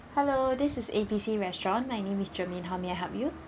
hello this is A B C restaurant my name is germaine how may I help you